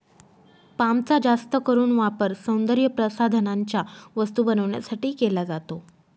पामचा जास्त करून वापर सौंदर्यप्रसाधनांच्या वस्तू बनवण्यासाठी केला जातो